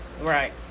Right